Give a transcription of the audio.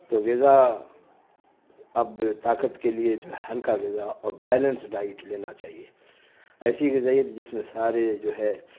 تو غذا اب طاقت کے لیے جو ہے ہلکا غذا اور بیلنس ڈائٹ لینا چاہیے ایسی غذائیت جس میں سارے جو ہے